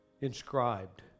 inscribed